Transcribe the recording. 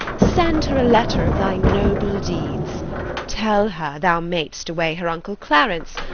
send her a letter of thy noble deeds tell her thou mad'st away her uncle clarence,